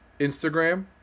Instagram